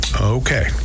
okay